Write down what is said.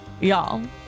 Y'all